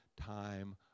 time